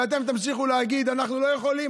ואתם תמשיכו להגיד: אנחנו לא יכולים,